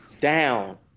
down